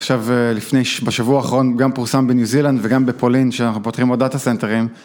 עכשיו לפני, בשבוע האחרון, גם פורסם בניו זילנד וגם בפולין שאנחנו פותחים עוד דאטה סנטרים.